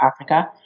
Africa